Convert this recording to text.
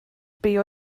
beth